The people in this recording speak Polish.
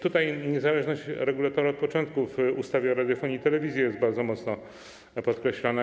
Tutaj niezależność regulatora od początku w ustawie o radiofonii i telewizji jest bardzo mocno podkreślana.